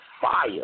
fire